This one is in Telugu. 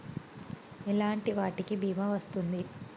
ఎలాంటి వాటికి బీమా వస్తుంది?